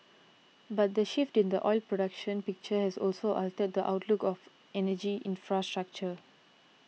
but the shift in the oil production picture has also altered the outlook of energy infrastructure